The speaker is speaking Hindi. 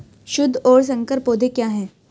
शुद्ध और संकर पौधे क्या हैं?